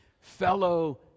Fellow